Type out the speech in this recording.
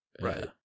Right